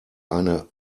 eine